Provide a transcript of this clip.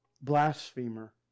blasphemer